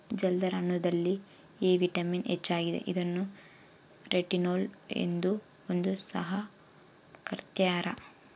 ಜಲ್ದರ್ ಹಣ್ಣುದಲ್ಲಿ A vitamin ಹೆಚ್ಚಾಗಿದೆ ಇದನ್ನು ರೆಟಿನೋಲ್ ಎಂದು ಸಹ ಕರ್ತ್ಯರ